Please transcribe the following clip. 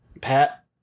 pat